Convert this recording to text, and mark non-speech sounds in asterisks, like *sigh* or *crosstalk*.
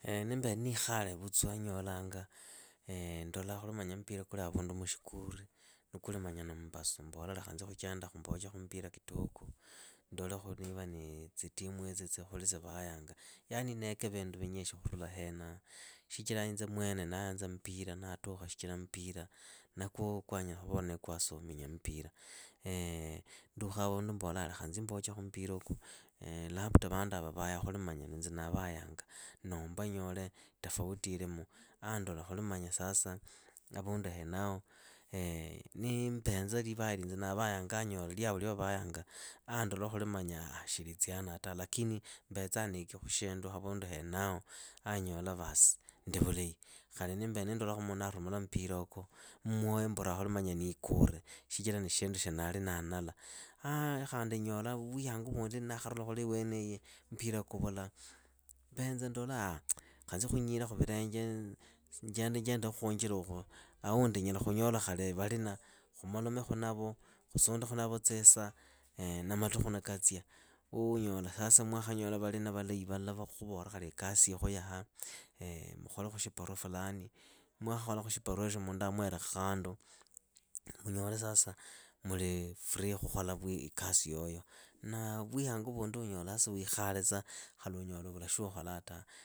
*hesitation* nimbele ndikhale vutswa nyolanga *hesitation* ndola khuli mpira kuli avundu mushikuri ni kuli manya ni mmbasu mbola lekha nzi khuchendakhu mboche mpira kitoko, ndolekhu khuli zitimuitsi tsivayanga, yani ndeke vindu vinyishi khurula henaho. Shichira inze mwene ndaaya mpira, ndatukha shichira mpira. nyala khuvola nee kwasominya mupira. *hesitation* ndukhaavundu mbola lekha nzi mbochekhu mupirauku labda labda vanduava vavayaa khuli inze ndavayanga. Noomba nyole tofauti ilimu, andola khuli sasa avundu henaho *hesitation* niimbenza livaya liinze ndavayanga anyola lyavo lya vavayanga andola khuli shi litsyana tawe. Lakini mbetsa ndekikhu shindu awenao andola aah ndi vulahi. Khali nindole mundu naarumula mupiraoko. myoyo mbura khuli ndikure shichira ni shindu shya ndali ndanala. A khandi nyola vuyangu vundi ndakharula iweniyi mpira kivula, mbenza ndola *hesitation* lekha nzi khunyirakhu vilenje njendenjendekhu khuunjiraukhu. awundi nyala khunyola khali valina, khumolomekhu navo, khusundekhu navo tsisaa na matukhu katsia. Unyola sasa mwakhanyola valina valahi vala va khuvola khali ikasi ilikhu yaha. mukholekhu shiparua fulani, mwakhakholakhu shiparuesho mundu avaerekhu khandu, munyole sasa uli free khukhola ikasi yoyo. Na vuyangu vundi unyola sasa wiikhale vutswa. khali unyola uvula shuukholaa tawe.